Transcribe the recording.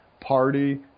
Party